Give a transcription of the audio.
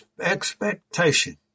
Expectation